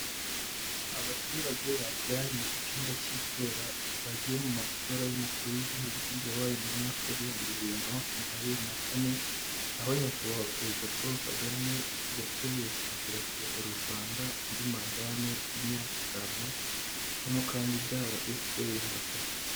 Abaturage bateraniye ku cyumba cy'itora bagiye mu matora y'umukuru w'igihugu yabaye mu mwaka w' ibihumbi bibiri na makumyabiri na kane aho nyakubahwa perezida Paul Kagame yatorewe kongera kuyobora u Rwanda muri manda y'imyaka itanu nk'umukandida wa efuperi inkotanyi.